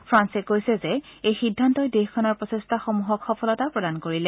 ফ্ৰান্সে কৈছে যে এই সিদ্ধান্তই দেশখনৰ প্ৰচেষ্টাসমূহক সফলতা প্ৰদান কৰিলে